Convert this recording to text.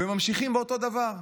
וממשיכים באותו דבר.